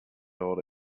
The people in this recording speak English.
all